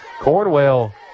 Cornwell